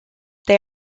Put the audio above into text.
they